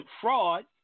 fraud